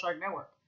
network